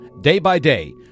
day-by-day